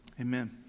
Amen